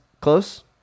close